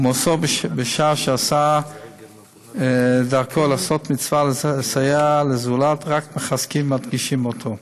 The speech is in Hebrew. ומותו בשעה שעשה דרכו לעשות מצווה לסייע לזולת רק מחזק ומדגיש אותו.